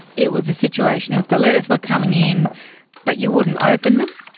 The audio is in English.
it was a situation of the letters were coming in but you wouldn't open them?